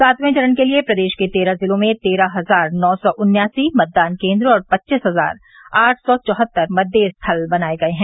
सातवें चरण के लिये प्रदेश के तेरह जिलों में तेरह हजार नौ सौ उन्यासी मतदान केन्द्र और पच्चीस हजार आठ सौ चौहत्तर मतदेय स्थल बनाये गये हैं